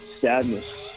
sadness